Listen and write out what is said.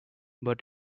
but